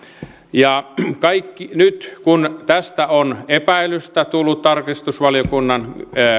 nyt kun tästä on epäilystä tullut tarkastusvaliokunnan